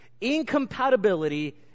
Incompatibility